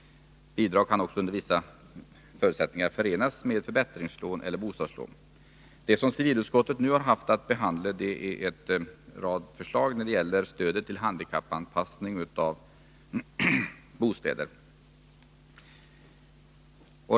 Bidrag kan också under vissa förutsättningar förenas med förbättringslån eller bostadslån. Det som civilutskottet nu haft att behandla är en rad förslag när det gäller stödet till handikappanpassning av bostäder.